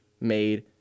made